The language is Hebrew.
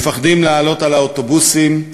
מפחדים לעלות על האוטובוסים,